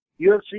UFC